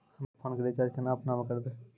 हम्मे आपनौ फोन के रीचार्ज केना आपनौ से करवै?